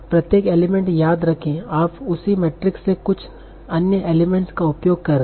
प्रत्येक एलिमेंट याद रखें आप उसी मैट्रिक्स से कुछ अन्य एलिमेंट्स का उपयोग कर रहे हैं